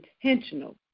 intentional